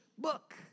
book